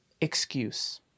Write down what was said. excuse